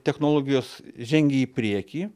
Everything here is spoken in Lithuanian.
technologijos žengia į priekį